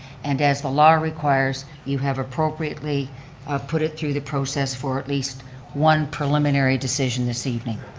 and as the law requires, you have appropriately put it through the process for at least one preliminary decision this evening.